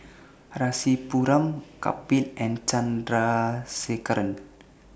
Rasipuram Kapil and Chandrasekaran